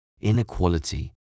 inequality